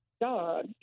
dog